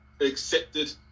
accepted